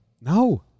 No